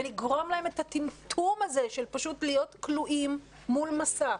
ולגרום להם את הטמטום הזה של פשוט להיות כלואים מול מסך.